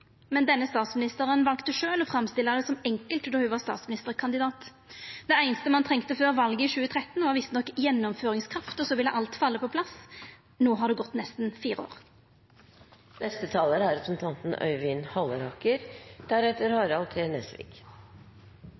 men denne statsministeren valde sjølv å framstilla det som enkelt då ho var statsministerkandidat. Det einaste ein trong før valet i 2013, var visstnok gjennomføringskraft – og så ville alt falla på plass. No har det gått nesten fire år. Dette er